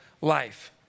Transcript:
life